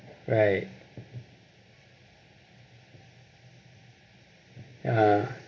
right ya